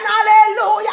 Hallelujah